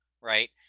right